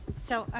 so,